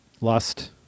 Lust